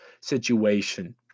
situation